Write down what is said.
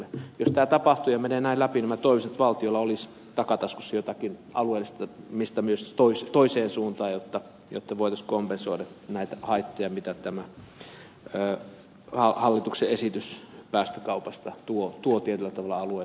jos tämä tapahtuu ja menee näin läpi niin minä toivoisin että valtiolla olisi takataskussa jotakin alueellistamista myös toiseen suuntaan jotta voitaisiin kompensoida näitä haittoja mitä tämä hallituksen esitys päästökaupasta tuo tietyllä tavalla alueelle tullessaan